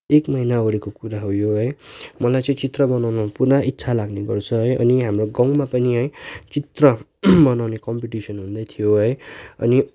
एक महिना अगाडिको कुरा हो यो है मलाई चाहिँ चित्र बनाउनु पुरा इच्छा लाग्ने गर्छ है अनि हाम्रो गाउँ पनि है चित्र बनाउने कम्पिटिसन हुँदैथ्यो है अनि